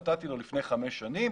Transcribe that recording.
נתתי לו לפני חמש שנים,